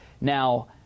Now